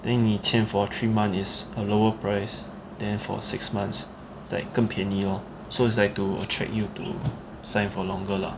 then 你签 for three month is a lower price then for six months like 更便宜 lor so is like to attract you to sign for longer lah